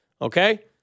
Okay